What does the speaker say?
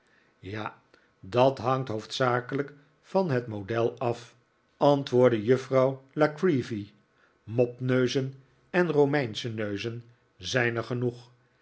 ja dat hangt hoofdzakelijk van het model af antwoordde juffrouw la creevy mopneuzen en romeinsche neuzen zijn er genoeg